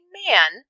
man